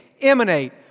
emanate